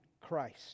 Christ